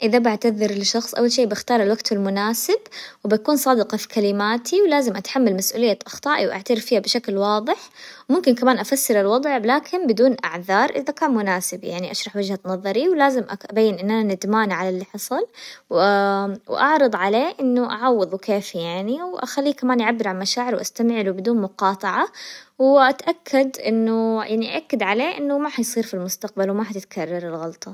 إذا بعتذر لشخص أول شي بختار الوقت المناسب، وبكون صادقة في كلماتي، ولازم أتحمل مسؤولية أخطائي، واعترف فيها بشكل واضح، وممكن كمان افسر الوضع لكن بدون اعذار، إذا كان مناسب يعني أشرح وجهة نظري ولازم أبين إن أنا ندمانة على اللي حصل، وأعرض عليه إنه أعوضه كيف يعني، وأخليه كمان يعبر عن مشاعره وأستمع له بدون مقاطعة، وأتأكد إنه يعني أأكد عليه إنه ما حيصير في المستقبل وما حتتكرر الغلطة.